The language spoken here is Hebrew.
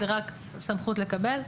זה רק סמכות לקבל.